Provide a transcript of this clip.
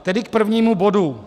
Tedy k prvnímu bodu.